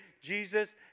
Jesus